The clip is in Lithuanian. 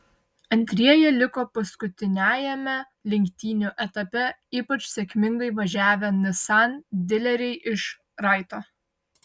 antrieji liko paskutiniajame lenktynių etape ypač sėkmingai važiavę nissan dileriai iš raito